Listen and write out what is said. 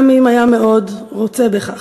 גם אם היה מאוד רוצה בכך.